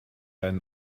einen